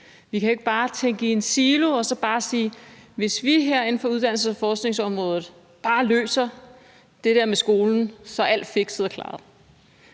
Vi kan jo ikke bare tænke i siloer og sige, at hvis vi her på uddannelses- og forskningsområdet bare løser det der med skolen, er alt fikset og klaret.